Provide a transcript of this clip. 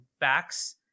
backs